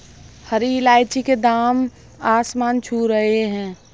हरी इलायची के दाम आसमान छू रहे हैं